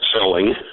selling